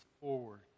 forward